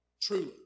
Truly